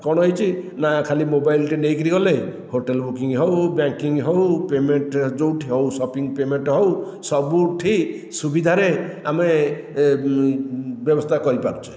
କଣ ହୋଇଛି ନା ଖାଲି ମୋବାଇଲ ଟିଏ ନେଇ କରିଗଲେ ହୋଟେଲ ବୁକିଂ ହେଉ ବ୍ୟାଙ୍କିଙ୍ଗ ହେଉ ପେମେଣ୍ଟ ଯେଉଁଠି ହେଉ ସପିଂ ପେମେଣ୍ଟ ହେଉ ସବୁଠି ସୁବିଧାରେ ଆମେ ବ୍ୟବସ୍ଥା କରି ପାରୁଛେ